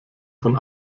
von